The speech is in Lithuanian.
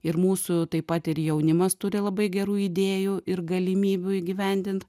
ir mūsų taip pat ir jaunimas turi labai gerų idėjų ir galimybių įgyvendint